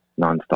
nonstop